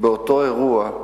באותו אירוע,